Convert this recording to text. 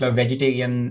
vegetarian